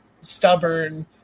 stubborn